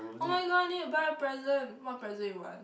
[oh]-my-god I need to buy a present what present you want